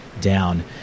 down